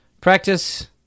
practice